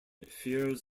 fears